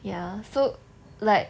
ya so like